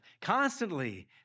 constantly